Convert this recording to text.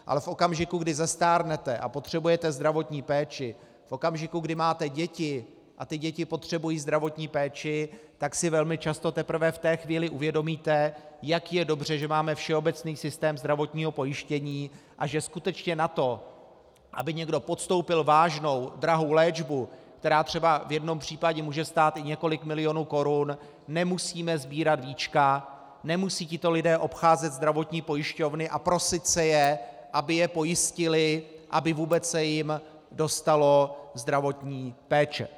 Ale v okamžiku, kdy zestárnete a potřebujete zdravotní péči, v okamžiku, kdy máte děti a ty děti potřebují zdravotní péči, velmi často si teprve v té chvíli uvědomíte, jak je dobře, že máme všeobecný systém zdravotního pojištění a že skutečně na to, aby někdo podstoupil vážnou drahou léčbu, která třeba v jednom případě může stát i několik milionů korun, nemusíme sbírat víčka, že tito lidé nemusí obcházet zdravotní pojišťovny a prosit se je, aby je pojistily, aby se jim vůbec dostalo zdravotní péče.